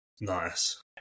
Nice